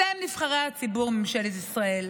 אתם נבחרי הציבור, ממשלת ישראל,